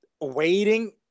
waiting